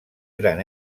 gran